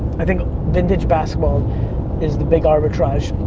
i think vintage basketball is the big arbitrage.